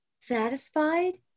satisfied